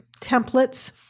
templates